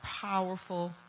powerful